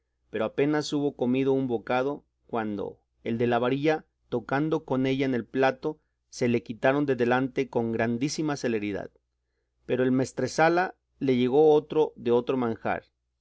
pero apenas hubo comido un bocado cuando el de la varilla tocando con ella en el plato se le quitaron de delante con grandísima celeridad pero el maestresala le llegó otro de otro manjar